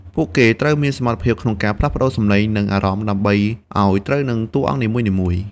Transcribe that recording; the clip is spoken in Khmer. ពួកគេត្រូវមានសមត្ថភាពក្នុងការផ្លាស់ប្តូរសំឡេង និងអារម្មណ៍ដើម្បីឱ្យត្រូវនឹងតួអង្គនីមួយៗ។